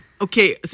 Okay